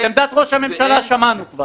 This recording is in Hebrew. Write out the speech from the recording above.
את עמדת ראש הממשלה שמענו כבר.